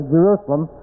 Jerusalem